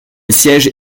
siège